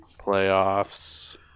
playoffs